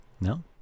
No